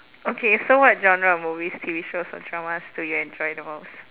okay so what genre of movies T_V shows or dramas do you enjoy the most